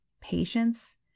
patience